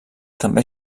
també